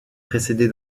précédée